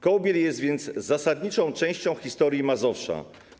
Kołbiel jest więc zasadniczą częścią historii Mazowsza.